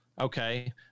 Okay